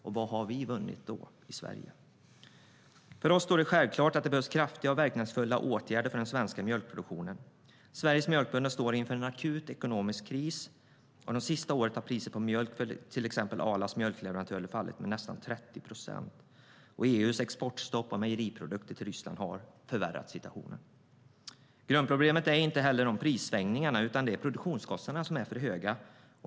Och vad har vi i Sverige vunnit då? Grundproblemet är inte prissvängningarna utan att produktionskostnaderna är för höga.